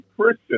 Christian